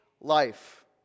life